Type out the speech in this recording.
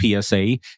PSA